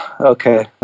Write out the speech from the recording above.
okay